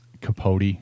capote